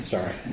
Sorry